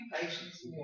patience